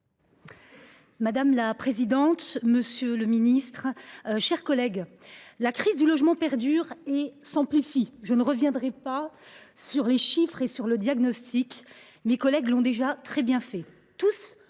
Madame la présidente, monsieur le ministre, mes chers collègues, la crise du logement perdure et s’amplifie. Je ne reviendrai pas sur les chiffres et sur le diagnostic, mes collègues l’ayant déjà très bien fait. Sur